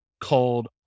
called